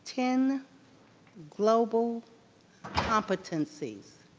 ten global competencies.